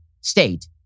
state